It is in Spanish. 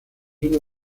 uno